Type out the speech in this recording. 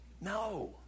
No